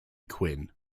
quin